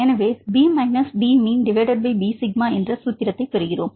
எனவே Bαஎன்ற சூத்திரத்தைப் பெறுகிறோம்